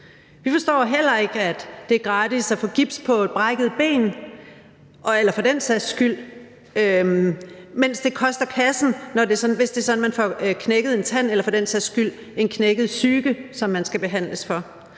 Vi forstår heller ikke, at det er gratis at få gips på et brækket ben, mens det koster kassen, hvis det er sådan, at man knækker en tand eller for den sags skyld får en knækket psyke, som man skal behandles for.